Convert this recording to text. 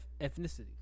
ethnicity